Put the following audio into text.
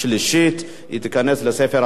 12 בעד, נגד,